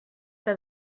que